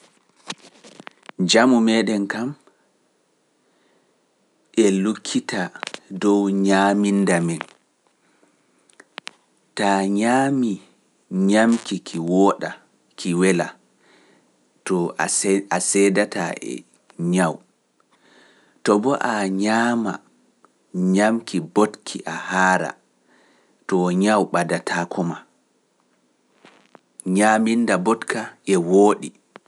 Njamu meeɗen kam e lukkita dow nyaaminda men. Taa nyaami nyaamki ki wooɗa ki welaa to a seedataa e nyawu. To boo a nyaama nyaamki botki a haara to nyawu ɓadataako maa. Nyaaminda botka e wooɗi.